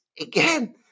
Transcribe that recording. again